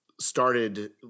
started